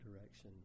direction